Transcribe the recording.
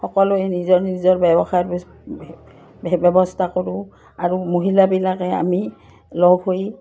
সকলোৱে নিজৰ নিজৰ ব্যৱসায় ব্যৱস্থা কৰোঁ আৰু মহিলাবিলাকে আমি লগ হৈ